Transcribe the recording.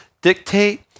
Dictate